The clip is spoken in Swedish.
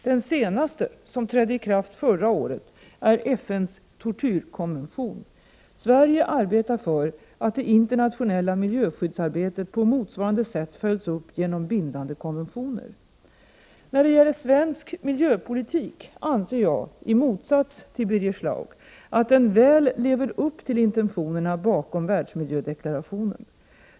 Den senaste — som trädde i kraft förra året — är FN:s tortyrkonvention. Sverige arbetar för att det internationella miljöskyddsarbetet på motsvarande sätt följs upp genom bindande konventioner. När det gäller svensk miljöpolitik anser jag, i motsats till Birger Schlaug, att den väl lever upp till intentionerna bakom världsmiljödeklarationen.